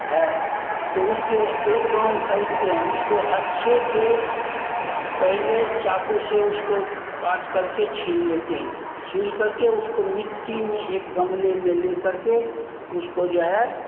है तो उससे एक आम खरीदते हैं उसको अच्छे से पहले चाकू से उसको काट करके छील लेते हैं छील करके उसको मिट्टी में एक गमले में ले करके उसको जो है